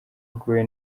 aguwe